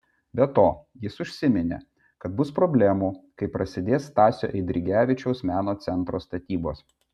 be to jis užsiminė kad bus problemų kai prasidės stasio eidrigevičiaus meno centro statybos